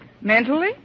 Mentally